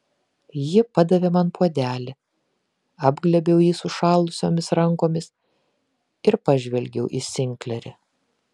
ji padavė man puodelį apglėbiau jį sušalusiomis rankomis ir pažvelgiau į sinklerį